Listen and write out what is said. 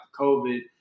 COVID